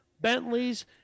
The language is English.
Bentleys